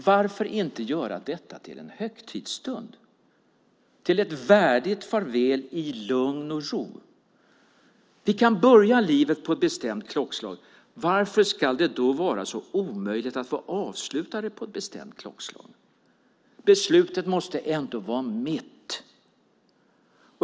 Varför inte göra detta till en högtidsstund och ett värdigt farväl i lugn och ro? Vi kan börja livet på ett bestämt klockslag. Varför ska det då vara så omöjligt att få avsluta det på ett bestämt klockslag? Beslutet måste ändå vara mitt.